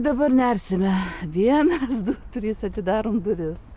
dabar nersime vienas du trys atidarom duris